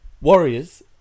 Warriors